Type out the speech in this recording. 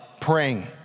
praying